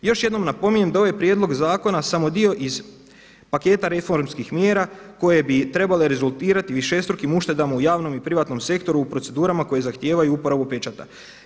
Još jednom napominjem da ovaj prijedlog zakona samo dio iz paketa reformskih mjera koje bi trebale rezultirati višestrukim uštedama u javnom i privatnom sektoru u procedurama koje zahtijevaju uporabu pečata.